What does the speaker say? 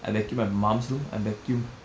I vacuum my mum's room I vacuum